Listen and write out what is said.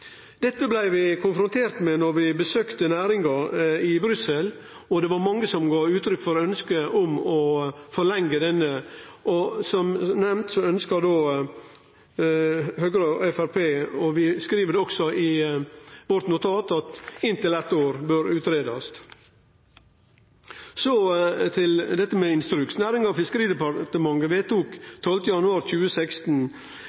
Dette blei vi konfronterte med då vi besøkte næringa i Brussel, og det var mange som gav uttrykk for ønsket om å forlengje denne ordninga. Som nemnt ønskjer Høgre og Framstegspartiet – vi skriv det også i notatet vårt – at inntil eitt år bør greiast ut. Så til dette med instruks. Nærings- og fiskeridepartementet